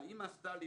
מה אימא עשתה לי,